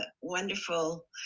wonderful